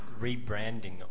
rebranding